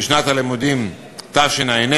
בשנת הלימודים תשע"ה.